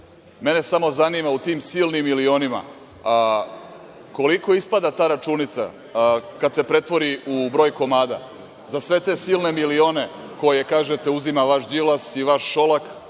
mene samo zanima u tim silnim milionima, koliko ispada ta računica kada se pretvori u broj komada za sve te silne milione koje, kažete, uzima vaš Đilas i vaš Šolak?